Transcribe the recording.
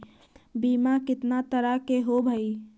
बीमा कितना तरह के होव हइ?